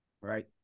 Right